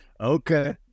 okay